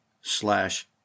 slash